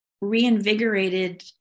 reinvigorated